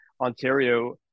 ontario